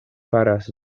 faras